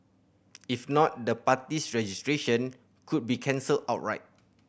if not the party's registration could be cancelled outright